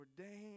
ordained